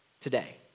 today